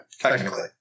Technically